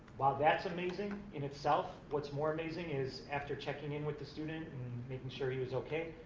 while that's amazing in itself, what's more amazing is, after checking in with the student and making sure he was okay,